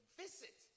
visit